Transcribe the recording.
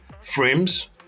Frames